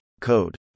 code